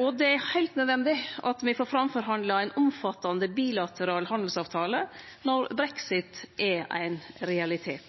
og det er heilt nødvendig at me får forhandla fram ein omfattande bilateral handelsavtale når brexit er